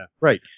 right